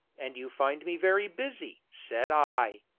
and you find me very busy! said i.